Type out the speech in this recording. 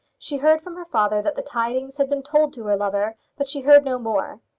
she heard from her father that the tidings had been told to her lover, but she heard no more.